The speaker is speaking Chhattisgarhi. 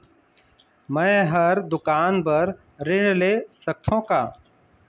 मैं हर दुकान बर ऋण ले सकथों का?